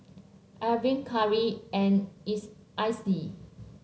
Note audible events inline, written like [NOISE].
Iver Carri and [UNINTELLIGIBLE] Icey